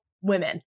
women